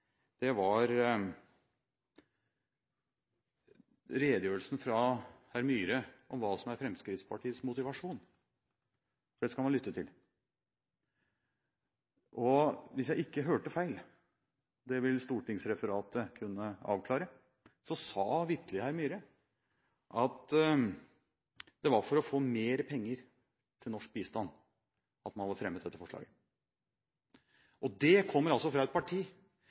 sterkest, var redegjørelsen fra herr Myhre om hva som er Fremskrittspartiets motivasjon. Det skal man lytte til. Og hvis jeg ikke hørte feil – det vil stortingsreferatet kunne avklare – så sa vitterlig herr Myhre at det var for å få mer penger til norsk bistand at man hadde fremmet dette forslaget. Det kommer altså fra et parti